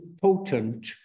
potent